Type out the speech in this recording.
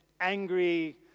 angry